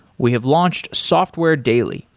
we have launched software daily,